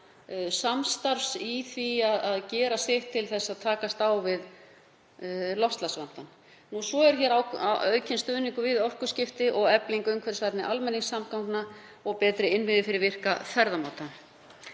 samstarfi til að gera sitt til að takast á við loftslagsvandann. Svo eru það aukinn stuðningur við orkuskipti og efling umhverfisvænni almenningssamgangna og betri innviðir fyrir virka ferðamáta.